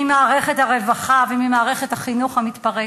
ממערכת הרווחה וממערכת החינוך המתפרקת.